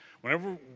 whenever